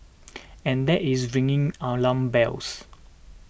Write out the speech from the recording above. and that is ringing alarm bells